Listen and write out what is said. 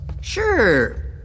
Sure